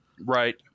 Right